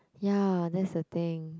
ya that is the thing